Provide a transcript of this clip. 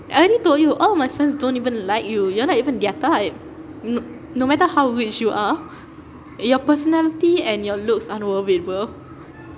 I already told you all my friends don't even like you you are not even their type no no matter how rich you are your personality and your looks aren't worth it bro